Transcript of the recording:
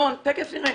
אלון, תכף נראה.